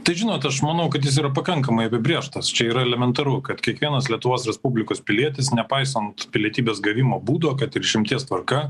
tai žinot aš manau kad jis yra pakankamai apibrėžtas čia yra elementaru kad kiekvienas lietuvos respublikos pilietis nepaisant pilietybės gavimo būdo kad ir išimties tvarka